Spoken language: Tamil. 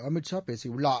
அமித் ஷா பேசியுள்ளார்